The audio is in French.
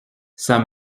sans